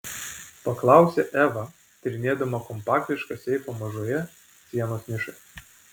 paklausė eva tyrinėdama kompaktišką seifą mažoje sienos nišoje